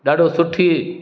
ॾाढो सुठी